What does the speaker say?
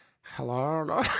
Hello